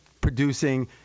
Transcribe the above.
producing